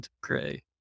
gray